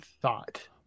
thought